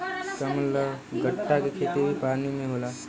कमलगट्टा के खेती भी पानी में होला